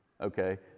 Okay